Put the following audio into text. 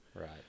Right